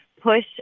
push